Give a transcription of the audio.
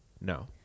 No